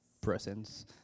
presence